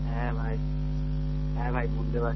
হ্যাঁ ভাই হ্যাঁ ভাই বুঝতে পা